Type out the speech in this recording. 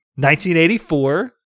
1984